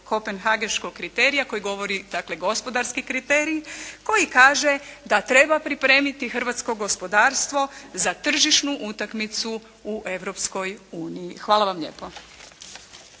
Kopenhageškog kriterija koji govori dakle gospodarski kriterij koji kaže da treba pripremiti hrvatsko gospodarstvo za tržišnu utakmicu u Europskoj uniji. Hvala vam lijepo.